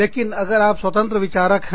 लेकिन अगर आप स्वतंत्र विचारक हैं